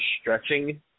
stretching